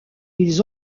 ils